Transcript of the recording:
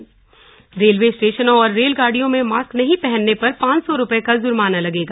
railway जुर्माना railway स्टेशनों और रेलगाड़ियों में मास्क नहीं पहनने पर पांच सौ रुपये का जुर्माना लगेगा